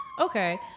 okay